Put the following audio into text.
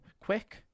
quick